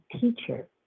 teacher